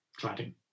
cladding